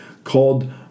called